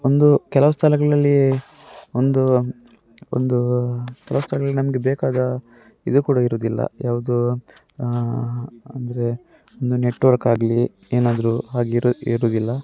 ಒಂದು ಕೆಲವು ಸ್ಥಳಗಳಲ್ಲಿ ಒಂದು ಒಂದು ಕೆಲವು ಸ್ಥಳಗಳು ನಮಗೆ ಬೇಕಾದ ಇದು ಕೂಡ ಇರುವುದಿಲ್ಲ ಯಾವುದೂ ಅಂದರೆ ಒಂದು ನೆಟ್ವರ್ಕ್ ಆಗಲಿ ಏನಾದ್ರೂ ಹಾಗಿರು ಇರುವುದಿಲ್ಲ